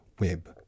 web